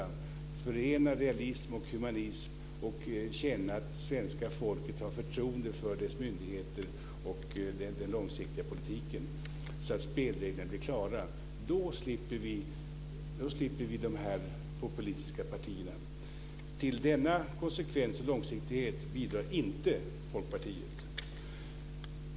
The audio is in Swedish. Vi ska förena realism och humanism och känna att svenska folket har förtroende för dess myndigheter och den långsiktiga politiken så att spelreglerna blir klara. Då slipper vi de populistiska partierna. Till denna konsekvens och långsiktighet bidrar inte Folkpartiet.